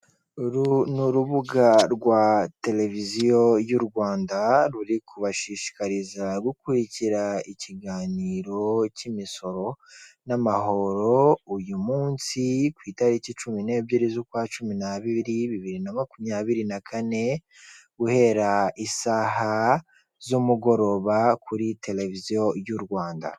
Uru ni urubuga rwa televiziyo y'u rwanda, ruri kubashishikariza gukurikira ikiganiro cy'imisoro n'amahoro, uyu munsi ku itariki cumi n'ebyiri z'ukwa cumi n'abibiri, bibiri na makumyabiri na kane guhera isaha z'umugoroba kuri televiziyo y'u Rwanda.